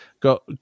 got